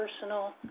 personal